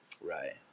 Right